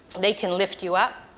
they can lift you up,